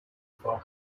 for